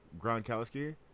gronkowski